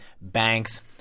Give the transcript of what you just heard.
banks